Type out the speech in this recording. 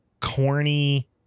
corny